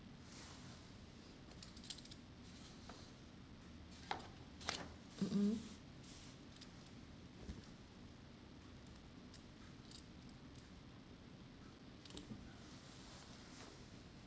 mm mm